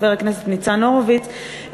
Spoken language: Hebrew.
וחבר הכנסת ניצן הורוביץ,